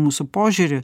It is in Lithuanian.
mūsų požiūrį